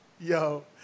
Yo